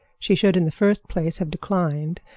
she should in the first place have declined,